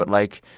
but like,